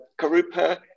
Karupa